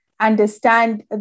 understand